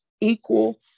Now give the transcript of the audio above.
equal